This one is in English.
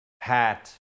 hat